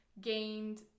gained